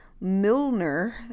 Milner